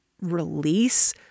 release